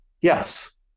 Yes